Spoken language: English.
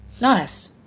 nice